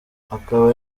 akaba